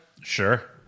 Sure